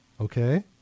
okay